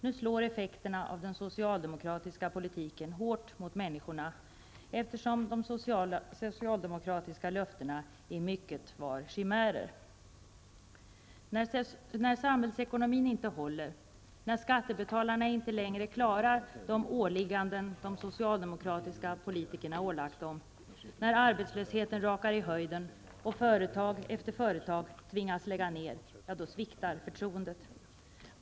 Nu slår effekterna av den socialdemokratiska politiken hårt mot människorna, eftersom de socialdemokratiska löftena i mycket var chimärer. När samhällsekonomin inte håller, när skattebetalarna inte längre klarar de åligganden de socialdemokratiska politikerna gett dem, när arbetslösheten rakar i höjden och företag efter företag tvingas lägga ned, då sviktar förtroendet.